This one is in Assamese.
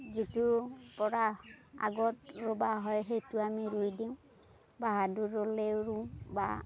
যিটোৰ পৰা আগত ৰুব হয় সেইটো আমি ৰুই দিওঁ বাহাদুৰ হ'লেও ৰোওঁ বা